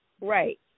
right